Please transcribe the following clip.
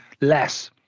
less